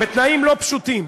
בתנאים לא פשוטים,